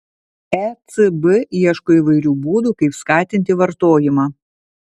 ecb ieško įvairių būdų kaip skatinti vartojimą